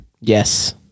Yes